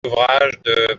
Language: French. ouvrages